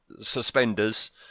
suspenders